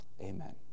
Amen